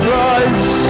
rise